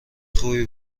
خوبی